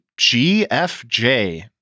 GFJ